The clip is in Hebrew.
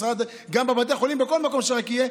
גם בבתי חולים ובכל מקום שרק יהיה,